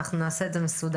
אנחנו נעשה את זה מסודר.